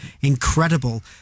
incredible